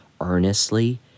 earnestly